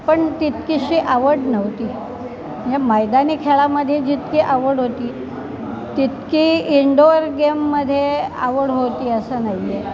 पण तितकीशी आवड नव्हती म्हणजे मैदानी खेळामध्ये जितकी आवड होती तितकी इनडोअर गेममध्ये आवड होती असं नाही आहे